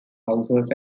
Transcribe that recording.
houses